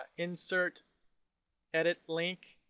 insert edit link.